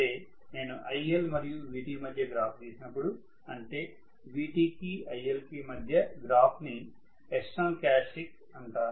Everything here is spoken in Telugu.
అదే నేను IL మరియు Vt మధ్య గ్రాఫ్ గీసినపుడు అంటే Vt కి IL కి మధ్య గ్రాఫ్ ని ఎక్స్టర్నల్ క్యారక్టర్య్స్టిక్స్ అంటాము